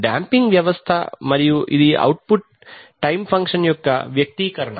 damped వ్యవస్థ మరియు ఇది అవుట్పుట్ టైమ్ ఫంక్షన్ యొక్క వ్యక్తీకరణ